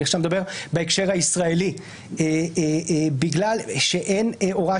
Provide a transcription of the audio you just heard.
אני עכשיו מדבר בהקשר הישראלי - בגלל שאין הוראה